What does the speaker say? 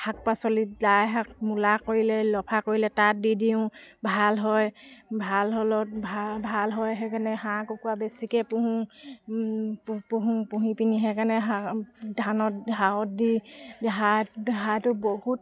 শাক পাচলিত লাই শাক মূলা কৰিলে লফা কৰিলে তাত দি দিওঁ ভাল হয় ভাল হ'লত ভাল হয় সেইকাৰণে হাঁহ কুকুৰা বেছিকৈ পুহোঁ পুহোঁ পুহি পিনি সেইকাৰণে হাঁহ ধানত দি হাঁহ হাঁহটো বহুত